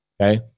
Okay